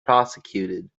prosecuted